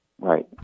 Right